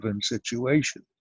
situation